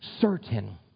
certain